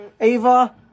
Ava